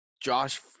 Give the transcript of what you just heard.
Josh